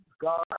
God